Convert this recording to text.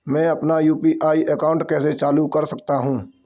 मैं अपना UPI account कैसे चालू कर सकता हूँ?